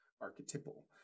archetypal